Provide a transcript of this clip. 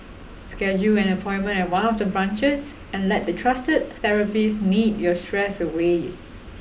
schedule an appointment at one of the branches and let the trusted therapists knead your stress away